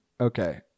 Okay